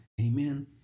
Amen